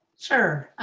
sure,